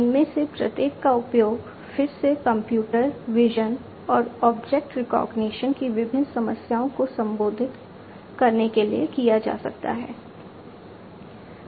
इनमें से प्रत्येक का उपयोग फिर से कंप्यूटर विजन और ऑब्जेक्ट रिकॉग्निशन की विभिन्न समस्याओं को संबोधित करने के लिए किया जा सकता है